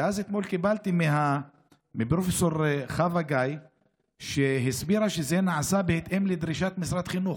ואתמול קיבלתי מפרופ' חוה גיא הסבר שזה נעשה בהתאם לדרישת משרד החינוך.